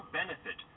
benefit